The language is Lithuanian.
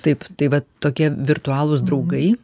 taip tai vat tokie virtualūs draugai